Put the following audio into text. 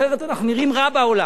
אחרת אנחנו נראים רע בעולם.